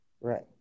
Right